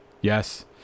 Yes